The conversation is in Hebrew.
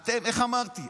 איך אמרתי?